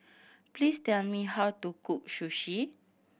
please tell me how to cook Sushi